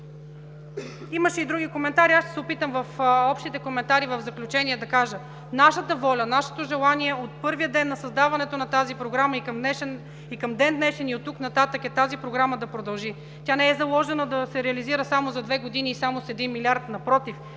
Имаше и други коментари. Аз ще се опитам в общите коментари в заключение да кажа: нашата воля, нашето желание от първия ден на създаването на тази Програма и към ден днешен, и от тук нататък, е тази Програма да продължи. Тя не е заложена да се реализира само за две години и само с един милиард, напротив.